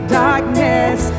darkness